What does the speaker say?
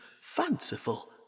fanciful